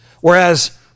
Whereas